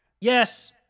Yes